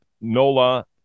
Nola